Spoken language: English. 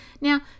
Now